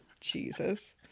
jesus